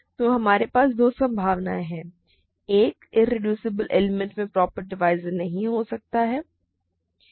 तो हमारे पास दो संभावनाएं हैं एक इरेड्यूसबल एलिमेंट में प्रॉपर डिवाइज़र नहीं हो सकते